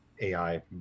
AI